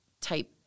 type